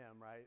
right